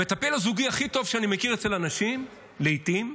המטפל הזוגי הכי טוב שאני מכיר אצל אנשים, לעיתים,